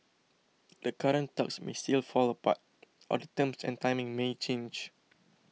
the current talks may still fall apart or the terms and timing may change